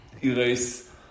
erase